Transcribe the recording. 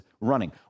running